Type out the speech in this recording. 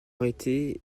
arrêté